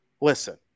Listen